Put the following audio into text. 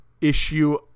issue